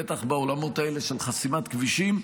בטח בעולמות האלה של חסימת כבישים,